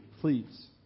please